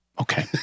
Okay